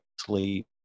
sleep